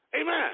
Amen